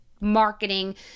marketing